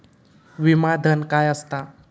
विमा धन काय असता?